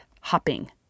hopping